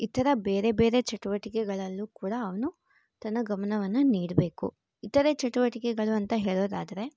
ಇತರ ಬೇರೆ ಬೇರೆ ಚಟುವಟಿಕೆಗಳಲ್ಲೂ ಕೂಡ ಅವನು ತನ್ನ ಗಮನವನ್ನ ನೀಡಬೇಕು ಇತರೆ ಚಟುವಟಿಕೆಗಳು ಅಂತ ಹೇಳೋದಾದ್ರೆ